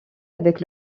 avec